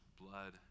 blood